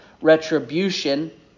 retribution